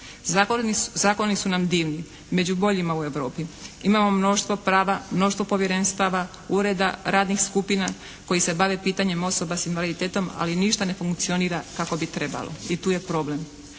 Zakoni su nam divni. Među boljima u Europi. Imam mnoštvo prava, mnoštvo povjerenstava, ureda, radnih skupina koji se bave pitanjem osoba s invaliditetom ali ništa ne funkcionira kako bi trebalo. I tu je problem.